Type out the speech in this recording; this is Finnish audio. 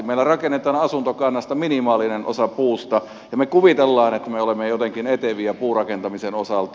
meillä rakennetaan asuntokannasta minimaalinen osa puusta ja me kuvittelemme että me olemme jotenkin eteviä puurakentamisen osalta